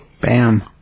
Bam